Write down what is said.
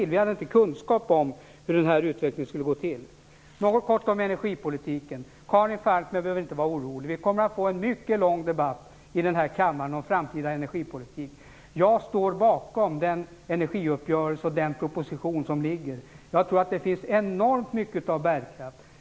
Vi hade inte kunskap om hur utvecklingen skulle bli. Jag vill säga något kort om energipolitiken. Karin Falkmer behöver inte vara orolig. Vi kommer att få en mycket lång debatt i denna kammare om framtida energipolitik. Jag står bakom energiuppgörelsen och den proposition som föreligger. Jag tror att det finns enormt mycket bärkraft.